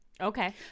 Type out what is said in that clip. Okay